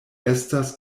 estas